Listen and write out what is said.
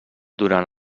durant